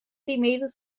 primeiro